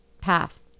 path